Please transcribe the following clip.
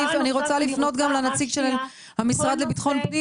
אני רוצה לפנות גם לנציג של המשרד לביטחון פנים